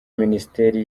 ministeri